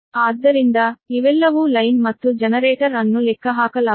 ಆದ್ದರಿಂದ ಇವೆಲ್ಲವೂ ಲೈನ್ ಮತ್ತು ಜನರೇಟರ್ ಅನ್ನು ಲೆಕ್ಕಹಾಕಲಾಗುತ್ತದೆ